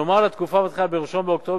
כלומר לתקופה המתחילה ב-1 באוקטובר